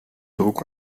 druck